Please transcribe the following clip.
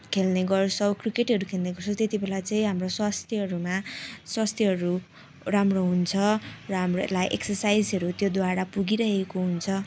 खेल्ने गर्छौँ क्रिकेटहरू खेल्ने गर्छौँ त्यति बेला चाहिँ हाम्रो स्वास्थ्यहरूमा स्वास्थ्यहरू राम्रो हुन्छ र हाम्रोलाई एकसर्साइजहरू त्योद्वारा पुगिरहेको हुन्छ